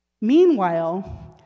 Meanwhile